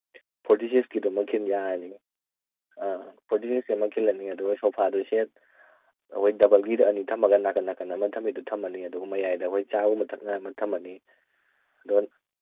ꯐꯣꯔꯇꯤꯁꯤꯛꯁꯀꯤꯗꯨ ꯑꯃ ꯈꯤꯟ ꯌꯥꯔꯅꯤ ꯑꯥ ꯐꯣꯔꯇꯤ ꯁꯤꯛꯁ ꯑꯃ ꯈꯤꯜꯂꯅꯤ ꯑꯗꯨꯒ ꯁꯣꯐꯥꯗꯨ ꯁꯦꯠ ꯑꯩꯈꯣꯏ ꯗꯕꯜꯒꯤꯗ ꯑꯅꯤ ꯊꯝꯃꯒ ꯅꯥꯀꯟ ꯅꯥꯀꯟꯗ ꯑꯃ ꯊꯝꯕꯤꯗꯨ ꯊꯝꯃꯅꯤ ꯑꯗꯨꯒ ꯃꯌꯥꯏꯗ ꯑꯩꯈꯣꯏ ꯆꯥꯒꯨꯝꯕ ꯊꯛꯅꯉꯥꯏ ꯑꯃ ꯊꯝꯃꯅꯤ ꯑꯗꯨ